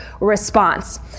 response